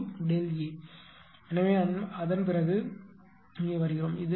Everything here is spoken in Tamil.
ΔE எனவே அதன் பிறகு இது இங்கே வரும் இது இங்கே வரும்